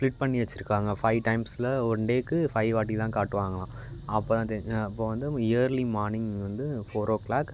split பண்ணி வெச்சிருக்காங்க five டைம்ஸில் ஒன் டேவுக்கு ஃபைவ் வாட்டி தான் காட்டுவாங்கலாம் அப்போ தான் தெர் அப்போ வந்து இயர்லி மார்னிங் வந்து ஃபோர் ஓ க்ளாக்